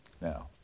Now